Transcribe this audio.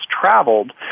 Traveled